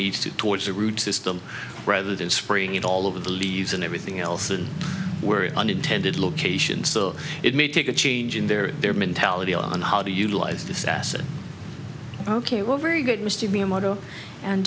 needs to towards the root system rather than spraying it all over the leaves and everything else and we're unintended locations so it may take a change in their their mentality on how to utilize this asset ok well very good miss to be a model and